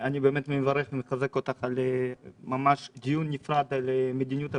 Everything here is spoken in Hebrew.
אני באמת מברך ומחזק אותך על קיום דיון נפרד על מדיניות הבדיקות.